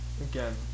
Again